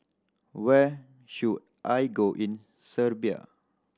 where should I go in Serbia